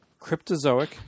Cryptozoic